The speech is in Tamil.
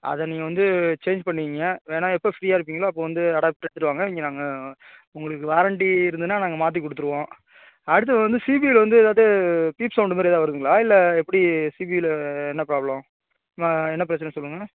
அதை நீங்கள் வந்து சேஞ்ச் பண்ணிக்கங்க வேணா எப்போ ஃப்ரீயாக இருப்பிங்களோ அப்போ வந்து அடாப்டர் எடுத்துகிட்டு வாங்க இங்கே நாங்கள் உங்களுக்கு வாரண்ட்டி இருந்ததுன்னா நாங்கள் மாற்றி கொடுத்துருவோம் அடுத்தது வந்து சிபியுவில வந்து எதாவது பீப் சவுண்டுமாதிரி எதாவது வருதுங்களா இல்லை எப்படி சிபியுவில என்ன ப்ராப்ளம் ம என்ன பிரச்சனை சொல்லுங்கள்